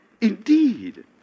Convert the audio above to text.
Indeed